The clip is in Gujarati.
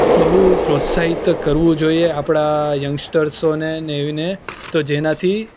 બહુ પ્રોત્સાહિત કરવું જોઈએ આપણા યંગસ્ટર્સોને ને એવીને તો જેનાથી